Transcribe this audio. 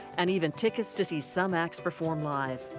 and even tickets to see some acts performed lived.